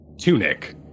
tunic